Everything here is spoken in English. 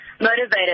motivated